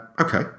Okay